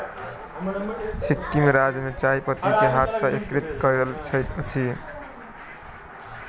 सिक्किम राज्य में चाय पत्ती के हाथ सॅ एकत्रित कयल जाइत अछि